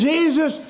Jesus